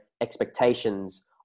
expectations